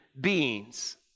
beings